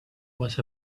was